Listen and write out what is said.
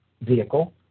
vehicle